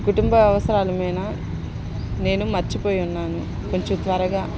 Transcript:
కుటుంబ అవసరాల మేన నేను మర్చిపోయున్నాను కొంచెం త్వరగా